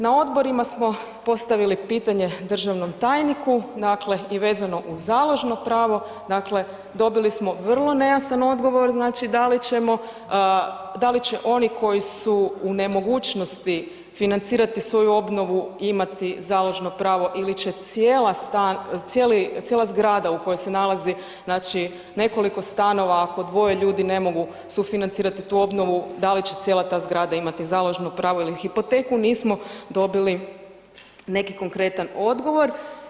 Na odborima smo postavili pitanje državnom tajniku vezano uz založno pravo, dobili smo vrlo nejasan odgovor da li će oni koji su u nemogućnosti financirati svoju obnovu imati založno pravo ili će cijela zgrada u kojoj se nalazi nekoliko stanova, ako dvoje ljudi ne mogu sufinancirati tu obnovu da li će cijela ta zgrada imati založno pravo ili hipoteku, nismo dobili neki konkretan odgovor.